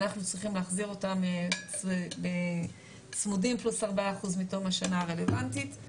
אנחנו צריכים להחזיר אותן צמודים פלוס 4% מתום השנה הרלוונטית.